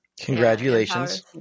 Congratulations